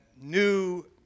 new